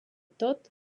tot